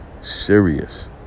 Serious